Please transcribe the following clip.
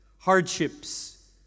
Hardships